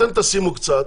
אתם תשימו קצת,